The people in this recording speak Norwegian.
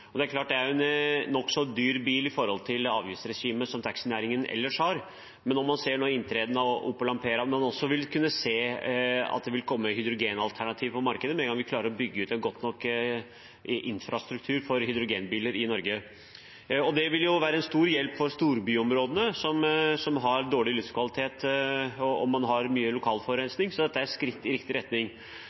Man ser nå inntreden av Opel Ampera-e. Man vil også kunne se at det vil komme hydrogenalternativer på markedet med en gang vi klarer å bygge ut en god nok infrastruktur for hydrogenbiler i Norge. Det vil være en stor hjelp for storbyområdene som har dårlig luftkvalitet, og man har mye lokal forurensning. Så dette er et skritt i riktig retning.